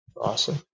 Awesome